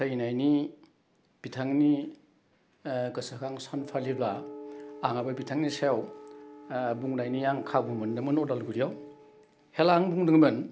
थैनायनि बिथांनि गोसोखां सान फालिब्ला आंहाबो बिथांनि सायाव बुंनायनि आं खाबु मोन्दोंमोन अदालगुरियाव हेला आं बुंदोंमोन